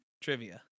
Trivia